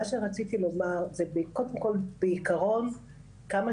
מה שרציתי לומר זה קודם כל בעקרון כמה